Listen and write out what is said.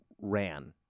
ran